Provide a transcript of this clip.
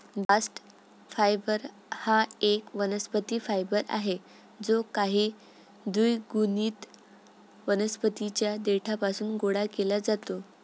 bast fibre हा एक वनस्पती फायबर आहे जो काही द्विगुणित वनस्पतीं च्या देठापासून गोळा केला जातो